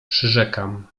przyrzekam